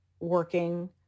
working